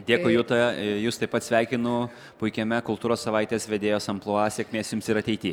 dėkui juta jus taip pat sveikinu puikiame kultūros savaitės vedėjos amplua sėkmės jums ir ateity